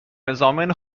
نظامیان